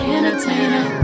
Entertainer